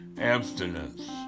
Abstinence